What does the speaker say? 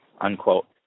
unquote